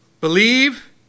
Believe